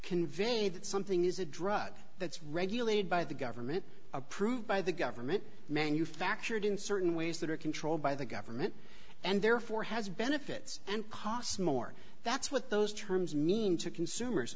that something is a drug that's regulated by the government approved by the government manufactured in certain ways that are controlled by the government and therefore has benefits and costs more that's what those terms mean to consumers